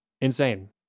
Insane